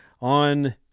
on